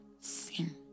sin